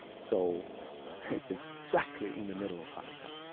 so it's exactly in the middle of hanukkah.